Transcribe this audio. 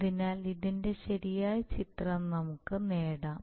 അതിനാൽ ഇതിന്റെ ശരിയായ ചിത്രം നമുക്ക് നേടാം